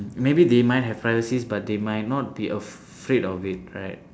maybe they might have privacy but they might not be afraid of it right